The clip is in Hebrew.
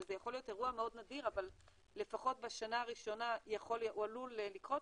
שזה יכול להיות אירוע מאוד נדיר אבל לפחות בשנה הראשונה הוא עלול לקרות,